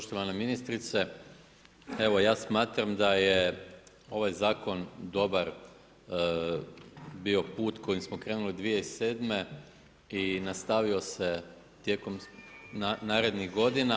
Poštovana ministrice, evo ja smatram da je ovaj zakon dobar bio put kojim smo krenuli 2007. i nastavio se tijekom narednih godina.